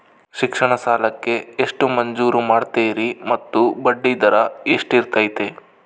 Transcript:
ಶಿಕ್ಷಣ ಸಾಲಕ್ಕೆ ಎಷ್ಟು ಮಂಜೂರು ಮಾಡ್ತೇರಿ ಮತ್ತು ಬಡ್ಡಿದರ ಎಷ್ಟಿರ್ತೈತೆ?